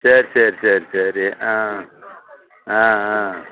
சரி சரி சரி சரி ஆ ஆ ஆ